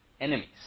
enemies